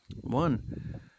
One